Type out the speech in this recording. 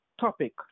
topic